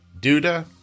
Duda